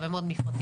הרבה מאוד מפרטים,